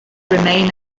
remain